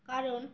কারণ